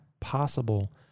possible